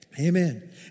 Amen